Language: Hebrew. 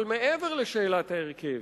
אבל מעבר לשאלת ההרכב,